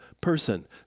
person